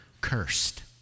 cursed